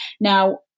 Now